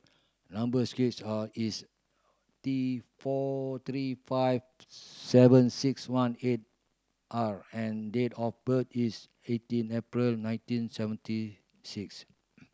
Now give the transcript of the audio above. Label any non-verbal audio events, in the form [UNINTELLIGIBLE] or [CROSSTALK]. number [UNINTELLIGIBLE] are is T four three five seven six one eight R and date of birth is eighteen April nineteen seventy six